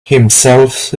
himself